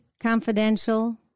confidential